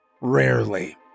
Rarely